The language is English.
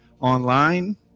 online